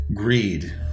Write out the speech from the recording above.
Greed